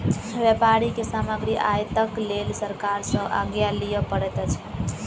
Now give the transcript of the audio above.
व्यापारी के सामग्री आयातक लेल सरकार सॅ आज्ञा लिअ पड़ैत अछि